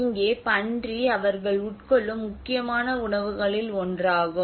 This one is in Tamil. இங்கே பன்றி அவர்கள் உட்கொள்ளும் முக்கியமான உணவுகளில் ஒன்றாகும்